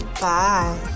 Bye